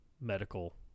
medical